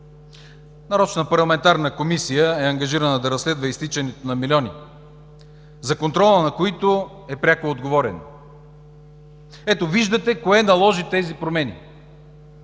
Нарочна парламентарна комисия е ангажирана да разследва изтичането на милиони, за контрола на които е пряко отговорен. Ето виждате кое наложи тези промени